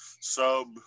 sub